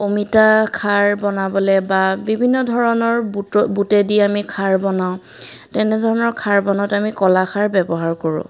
অমিতা খাৰ বনাবলৈ বা বিভিন্ন ধৰণৰ বুটৰ বুটেদি আমি খাৰ বনাওঁ তেনে ধৰণৰ খাৰ বনাওঁতে আমি কলাখাৰ ব্যৱহাৰ কৰোঁ